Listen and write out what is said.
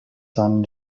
son